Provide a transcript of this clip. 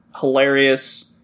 hilarious